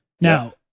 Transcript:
Now